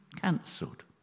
cancelled